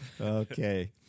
Okay